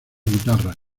guitarras